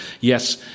yes